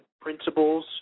principles